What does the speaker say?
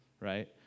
right